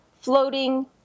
floating